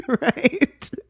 right